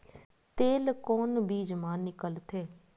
तेल कोन बीज मा निकलथे?